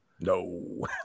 No